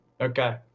okay